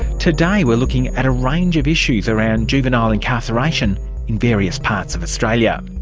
today we're looking at a range of issues around juvenile incarceration in various parts of australia.